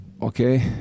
Okay